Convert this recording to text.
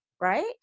right